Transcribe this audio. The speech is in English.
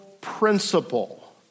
principle